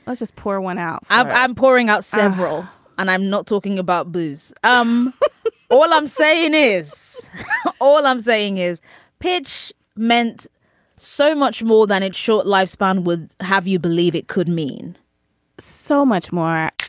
but just pour one out. i'm i'm pouring out several and i'm not talking about booze. um all i'm saying is all i'm saying is pitch meant so much more than its short lifespan would have you believe it could mean so much more